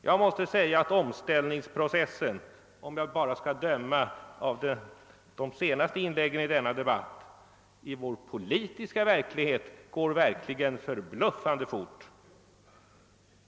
Jag måste säga att omställningsprocessen, om jag bara skall döma av de senaste inläggen i denna debatt, i vår politiska verklighet sannerligen går förbluffande fort.